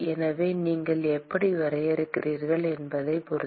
எனவே நீங்கள் எப்படி வரையறுக்கிறீர்கள் என்பதைப் பொறுத்து